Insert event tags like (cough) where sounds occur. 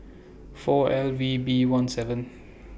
(noise) four L V B one seven